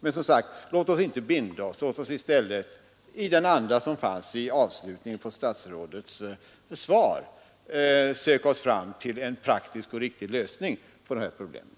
Men, som sagt, låt oss inte binda oss. Låt oss i stället, i den anda som fanns i avslutningen på statsrådets svar, söka oss fram till en praktisk och riktig lösning på det här problemet.